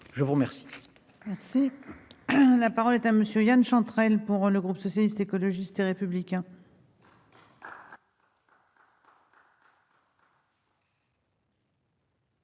de vous remercier